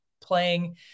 playing